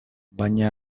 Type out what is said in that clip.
baina